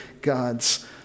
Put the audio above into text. God's